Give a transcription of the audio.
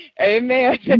amen